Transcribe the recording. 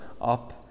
up